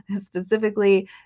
specifically